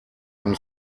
dem